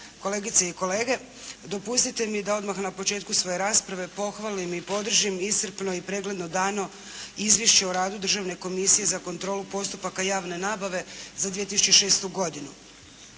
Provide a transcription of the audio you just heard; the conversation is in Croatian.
kolegice i kolege. Dopustite mi da odmah na početku svoje rasprave pohvalim i podržim iscrpno i pregledno dano Izvješće o radu Državne komisije za kontrolu postupaka javne nabave za 2006. godinu.